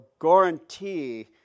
guarantee